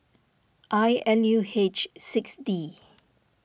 I L U H six D